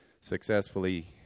successfully